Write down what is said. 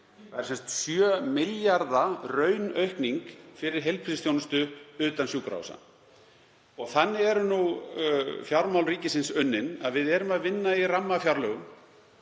Það er 7 milljarða raunaukning fyrir heilbrigðisþjónustu utan sjúkrahúsa. Þannig eru nú fjármál ríkisins unnin að við erum að vinna í rammafjárlögum